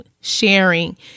sharing